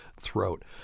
throat